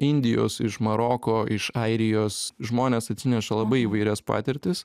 indijos iš maroko iš airijos žmonės atsineša labai įvairias patirtis